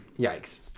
yikes